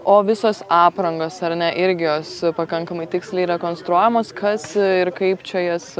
o visos aprangos ar ne irgi jos pakankamai tiksliai rekonstruojamos kas ir kaip čia jas